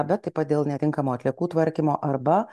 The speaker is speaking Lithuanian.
bet taip pat dėl netinkamo atliekų tvarkymo arba